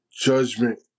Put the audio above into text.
judgment